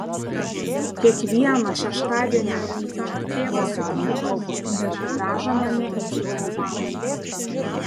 kiekvieną šeštadienio rytą tėvas sakydavo motinai kad veža mane į dziudo pamokas